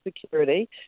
Security